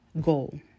goal